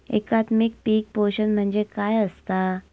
एकात्मिक पीक पोषण म्हणजे काय असतां?